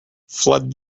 flood